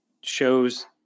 shows